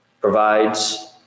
provides